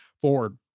forward